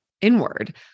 inward